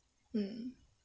mm